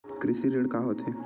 कृषि ऋण का होथे?